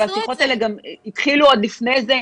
-- והשיחות האלה גם התחילו עוד לפני זה.